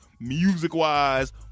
music-wise